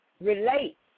relate